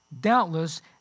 doubtless